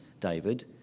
David